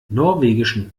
norwegischen